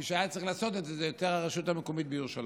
מי שהיה צריך לעשות את זה הוא יותר הרשות המקומית בירושלים.